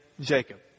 Jacob